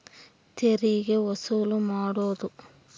ತೆರಿಗೆ ವಸೂಲು ಮಾಡೋದು